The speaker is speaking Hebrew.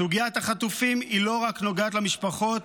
סוגיית החטופים לא נוגעת רק למשפחות,